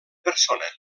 persona